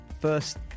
first